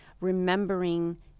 remembering